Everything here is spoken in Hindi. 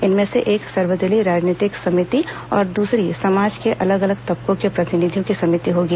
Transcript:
इनमें से एक सर्वदलीय राजनीतिक समिति और दूसरी समाज के अलग अलग तबकों के प्रतिनिधियों की समिति होगी